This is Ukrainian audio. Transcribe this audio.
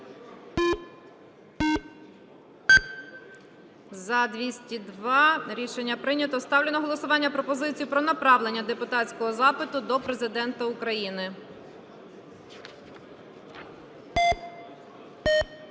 За-202 Рішення прийнято. Ставлю на голосування пропозицію про направлення депутатського запиту до Президента України.